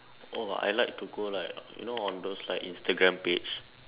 oh I like to go like you know on those like Instagram page